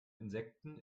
insekten